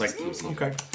okay